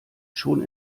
schon